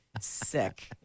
sick